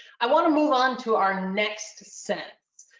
i want to move on to our next sense.